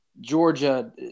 Georgia